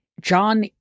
John